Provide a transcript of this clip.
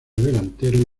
delantero